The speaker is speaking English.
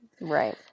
Right